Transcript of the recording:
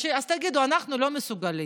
אז תגידו: אנחנו לא מסוגלים,